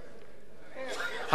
חבר הכנסת בילסקי,